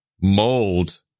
mold